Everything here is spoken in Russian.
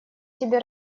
тебе